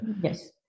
Yes